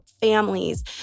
families